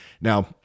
Now